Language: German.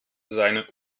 seine